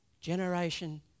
generation